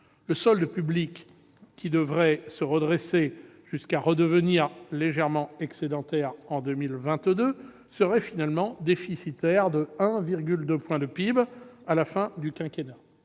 Le solde public, qui devait se redresser jusqu'à redevenir légèrement excédentaire en 2022, serait finalement déficitaire de 1,2 point de PIB à la fin du quinquennat.